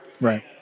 right